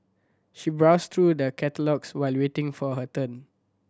she browsed through the catalogues while waiting for her turn